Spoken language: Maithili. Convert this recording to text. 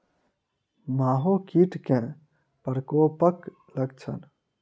माहो कीट केँ प्रकोपक लक्षण?